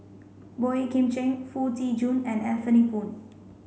Boey Kim Cheng Foo Tee Jun and Anthony Poon